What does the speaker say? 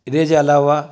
हिनजे अलावा